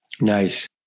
Nice